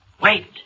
Wait